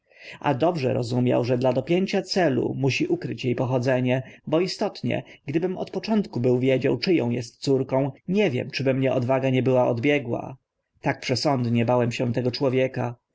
a dobrze rozumiał że dla dopięcia celu musi ukryć e pochodzenie bo istotnie gdybym od początku był wiedział czy ą est córką nie wiem czy by mnie odwaga nie była odbiegła tak przesądnie bałem się tego człowieka